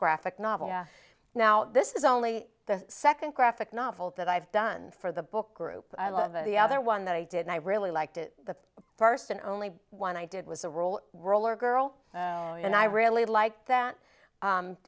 graphic novel now this is only the second graphic novel that i've done for the book group i love it the other one that i did and i really liked it the first and only one i did was a roll roller girl and i really like that